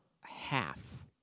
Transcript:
half